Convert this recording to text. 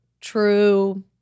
true